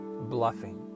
bluffing